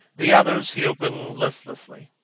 the others he opened listlessly.